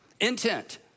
intent